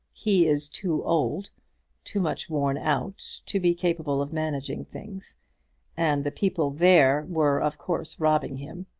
he is too old too much worn out to be capable of managing things and the people there were, of course, robbing him.